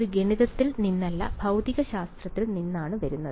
ഇത് ഗണിതത്തിൽ നിന്നല്ല ഭൌതികശാസ്ത്രത്തിൽ നിന്നാണ് വരുന്നത്